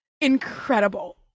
incredible